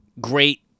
Great